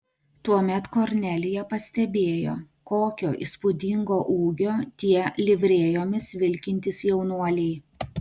tuomet kornelija pastebėjo kokio įspūdingo ūgio tie livrėjomis vilkintys jaunuoliai